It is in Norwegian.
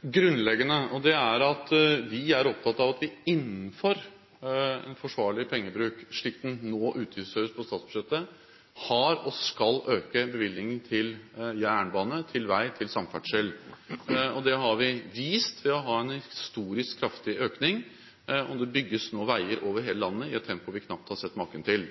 det grunnleggende: Vi er opptatt av at vi innenfor en forsvarlig pengebruk, slik den nå utgiftsføres på statsbudsjettet, har økt og skal øke bevilgningene til jernbane, vei og samferdsel. Det har vi vist ved å ha en historisk kraftig økning, og det bygges nå veier over hele landet i et tempo vi knapt har sett maken til.